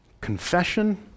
Confession